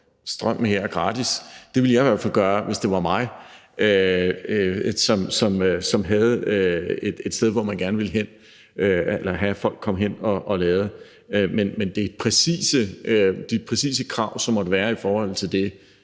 Strømmen her er gratis. Det ville jeg i hvert fald gøre, hvis det var mig, som havde et sted, hvor man gerne ville have at folk kom hen og ladede. Men de præcise krav, som måtte være i forhold til det,